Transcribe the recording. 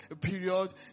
period